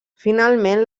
finalment